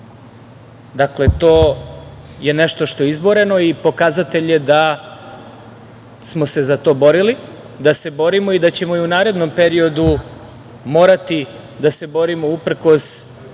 Dakle, to je nešto što je izboreno i pokazatelj je da smo se za to borili, da se borimo i da ćemo u narednom periodu morati da se borimo uprkos